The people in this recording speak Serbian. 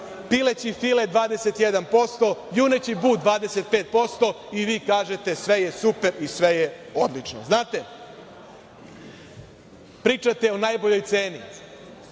pileći file 21%, juneći but 25%, a vi kažete - sve je super i sve je odlično. Pričate o najboljoj ceni.